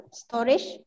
storage